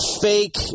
fake